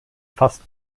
fast